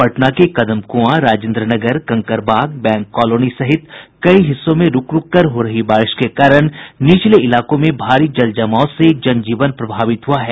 पटना के Kadamkuan Rajendranagar Kankarbagh bank colony सहित कई हिस्सों में रूक रूक कर हो रही बारिश के कारण निचले इलाकों में भारी जल जमाव से जन जीवन प्रभावित हुआ है